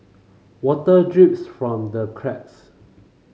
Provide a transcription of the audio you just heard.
water drips from the cracks